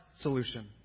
solution